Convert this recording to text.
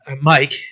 Mike